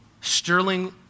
Sterling